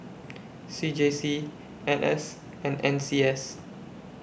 C J C N S and N C S